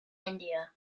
india